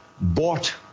bought